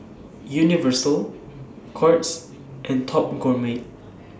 Universal Courts and Top Gourmet